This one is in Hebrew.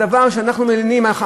הדבר שאנחנו מלינים עליו,